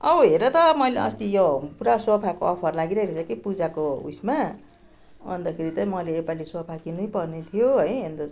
औ हेर त मैले अस्ति यो पुरा सोफाको अफर लागि रहेछ कि पूजाको उयसमा अन्तखेरि चाहिँ मैले योपाली सोफा किन्नै पर्ने थियो है अन्त